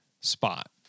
spot